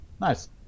Nice